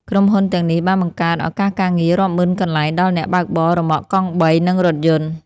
ក្រុមហ៊ុនទាំងនេះបានបង្កើតឱកាសការងាររាប់ម៉ឺនកន្លែងដល់អ្នកបើកបររ៉ឺម៉កកង់បី និងរថយន្ត។